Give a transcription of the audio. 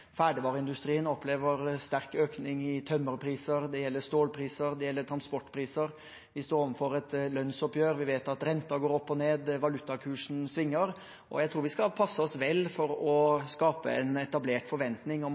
Ferdigvareindustrien opplever sterk økning i tømmerpriser. Det gjelder stålpriser, det gjelder transportpriser. Vi står overfor et lønnsoppgjør. Vi vet at renten går opp og ned, og at valutakursen svinger. Og jeg tror vi skal passe oss vel for å skape en etablert forventning om